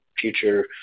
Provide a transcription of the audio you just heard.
future